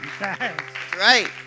Right